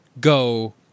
go